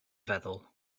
feddwl